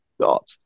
Got